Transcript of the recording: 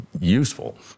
useful